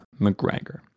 McGregor